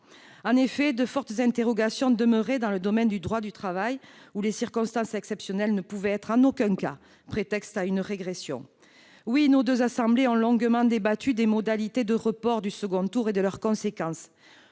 En effet, de fortes interrogations demeuraient dans le domaine du droit du travail, où les circonstances exceptionnelles ne peuvent en aucun cas être le prétexte à une régression. Oui, nos deux assemblées ont longuement débattu des modalités de report du second tour des élections